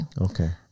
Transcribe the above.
Okay